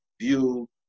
view